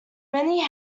many